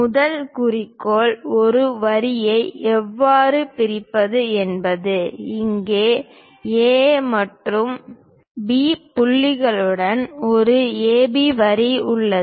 முதல் குறிக்கோள் ஒரு வரியை எவ்வாறு பிரிப்பது என்பது இங்கே A மற்றும் B புள்ளிகளுடன் ஒரு AB வரி உள்ளது